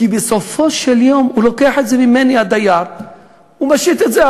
כי בסופו של יום הוא לוקח את זה ממני הדייר ומשית את זה,